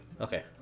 Okay